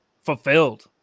fulfilled